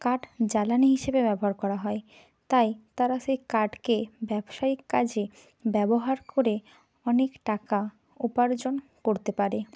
কাঠ জ্বালানি হিসেবে ব্যবহার করা হয় তাই তারা সেই কাঠকে ব্যবসায়িক কাজে ব্যবহার করে অনেক টাকা উপার্জন করতে পারে